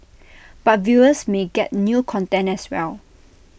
but viewers may get new content as well